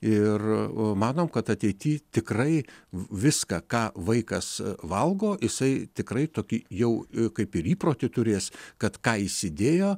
ir manom kad ateity tikrai viską ką vaikas valgo jisai tikrai tokį jau kaip ir įprotį turės kad ką įsidėjo